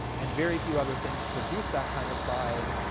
and very few other things produce that kind of pride,